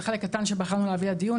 זה חלק קטן שבחרנו להביא לדיון.